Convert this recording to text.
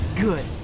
Good